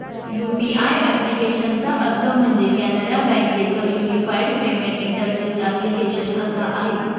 UPI ॲप्लिकेशनचा अर्थ म्हणजे, कॅनरा बँके च युनिफाईड पेमेंट इंटरफेस ॲप्लीकेशन असा आहे